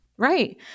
Right